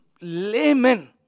laymen